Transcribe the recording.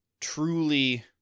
truly